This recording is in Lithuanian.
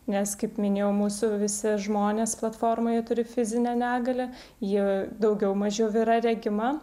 nes kaip minėjau mūsų visi žmonės platformoje turi fizinę negalią ji daugiau mažiau yra regima